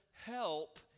Help